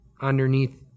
underneath